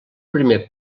primer